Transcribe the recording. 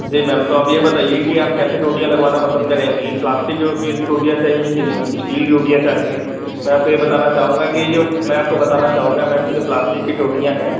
जी मैं तो अब यह बताइए कि आप कैसी टोंटियाँ लगवाना पसंद करेंगे प्लास्टिक की टोंटी टोंटियाँ सही है कि स्टील की टोंटियाँ चाहिए मैं आपको ये बताना चाहूँगा कि जो मैं आपको ये बताना चाहूँगा कि जो प्लास्टिक की टोंटियाँ हैं